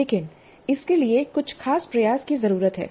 लेकिन इसके लिए कुछ खास प्रयास की जरूरत है